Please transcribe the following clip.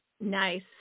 Nice